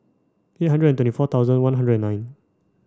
eight hundred and twenty four thousand one hundred and nine